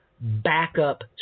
backup